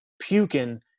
puking